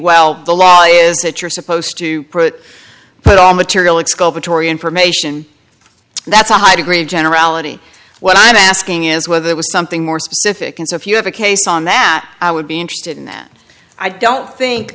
well the law is that you're supposed to put it all material exculpatory information that's a high degree of generality what i'm asking is whether it was something more specific and so if you have a case on that i would be interested in that i don't think